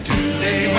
Tuesday